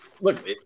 look